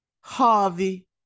Harvey